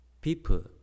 People